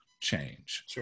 change